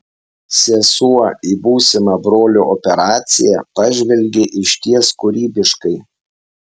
sesuo į būsimą brolio operaciją pažvelgė išties kūrybiškai